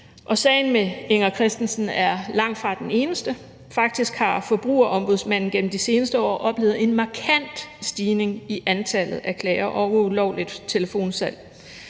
Sagen med Inger Kristensen er langtfra den eneste. Faktisk har Forbrugerombudsmanden gennem de seneste år oplevet en markant stigning i antallet af klager over ulovligt telefonsalg.